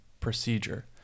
procedure